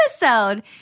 episode